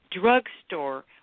drugstore